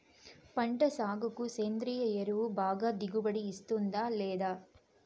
పంట సాగుకు సేంద్రియ ఎరువు బాగా దిగుబడి ఇస్తుందా లేదా